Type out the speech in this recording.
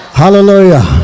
hallelujah